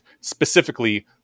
specifically